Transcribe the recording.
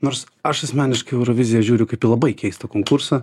nors aš asmeniškai euroviziją žiūriu kaip į labai keistą konkursą